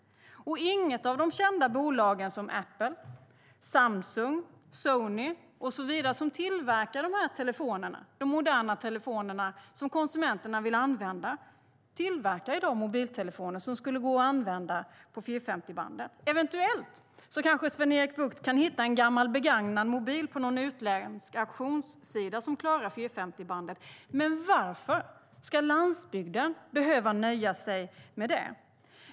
Och ingen av de kända bolagen, som Apple, Samsung och Sony, som tillverkar de moderna telefoner som konsumenterna vill använda, tillverkar i dag mobiltelefoner som går att använda på 450-bandet. Eventuellt kan Sven-Erik Bucht hitta en gammal begagnad mobil på någon utländsk auktionssida som klarar 450-bandet. Men varför ska landsbygden behöva nöja sig med det?